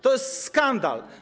To jest skandal.